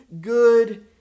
good